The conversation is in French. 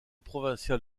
provinciale